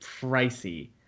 pricey